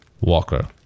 Walker